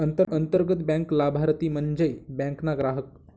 अंतर्गत बँक लाभारती म्हन्जे बँक ना ग्राहक